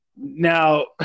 Now